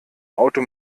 auto